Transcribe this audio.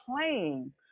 playing